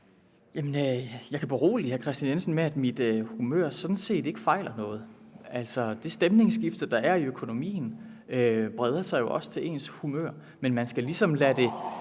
Jensen med, at mit humør sådan set ikke fejler noget. Altså, det stemningsskifte, der er i økonomien, breder sig jo også til ens humør, men man skal ligesom lade det